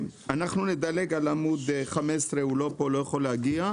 אנחנו נדלג על עמ' 15 הוא לא פה, לא יכול להגיע.